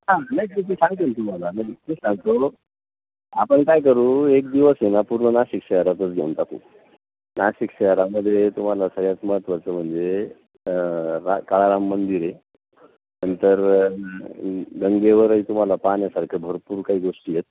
हां नाही काही ते सांगतील तुम्हाला ते सांगतो आपण काय करू एक दिवस आहे ना पूर्ण नाशिक शहरातच घेऊन टाकू नाशिक शहरामध्ये तुम्हाला सगळ्यात महत्त्वाचं म्हणजे रा काळाराम मंदिर आहे नंतर गंगेवरही तुम्हाला पाहण्यासारखं भरपूर काही गोष्टी आहेत